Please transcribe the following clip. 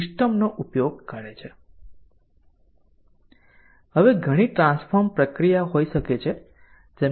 હવે ઘણી ટ્રાન્સફોર્મ પ્રક્રિયાઓ હોઈ શકે છે